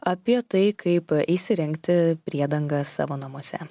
apie tai kaip įsirengti priedangą savo namuose